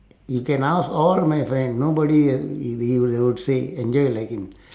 you can ask all my friend nobody ah they will all say enjoy like him